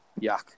Yuck